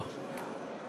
או,